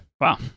Wow